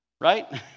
Right